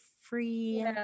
free